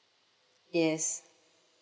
yes